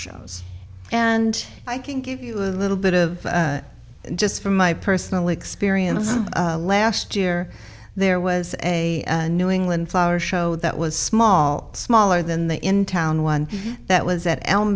shows and i can give you a little bit of just from my personal experience last year there was a new england flower show that was small smaller than the in town one that was at elm